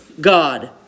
God